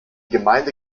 gemeinde